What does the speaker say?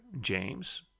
James